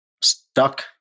stuck